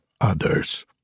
others